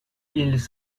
ils